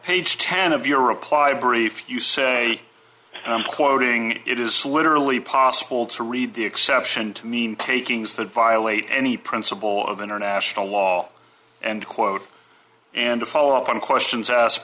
page ten of your reply brief you say i'm quoting it is literally possible to read the exception to mean takings that violate any principle of international law and quote and to follow up on questions asked